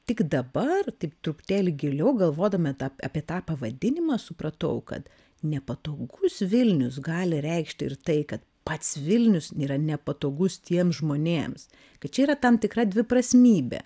tik dabar taip truputėlį giliau galvodama apie tą pavadinimą supratau kad nepatogus vilnius gali reikšti ir tai kad pats vilnius yra nepatogus tiems žmonėms kad čia yra tam tikra dviprasmybė